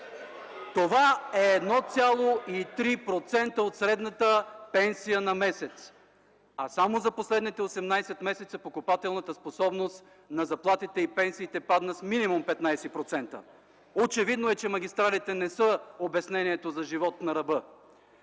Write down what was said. Това е 1,3% от средната пенсия на месец, а само за последните 18 месеца покупателната способност на заплатите и пенсиите падна с минимум 15%. Очевидно е, че магистралите не са обяснението за живот на ръба.